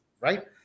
right